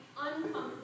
uncomfortable